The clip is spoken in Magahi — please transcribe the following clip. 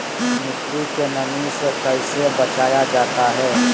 मट्टी के नमी से कैसे बचाया जाता हैं?